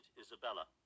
Isabella